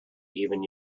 even